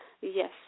Yes